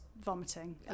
vomiting